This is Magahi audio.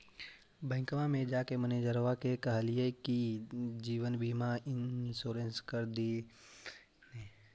बैंकवा मे जाके मैनेजरवा के कहलिऐ कि जिवनबिमा इंश्योरेंस कर दिन ने?